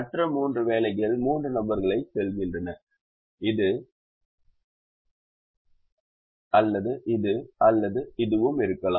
மற்ற மூன்று வேலைகள் மூன்று நபர்களுக்கு செல்கின்றன இது அல்லது இது அல்லது இதுவும் இருக்கலாம்